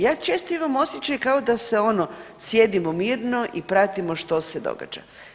Ja često imam osjećaj kao da se ono sjedimo mirno i pratimo što se događa.